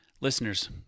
Listeners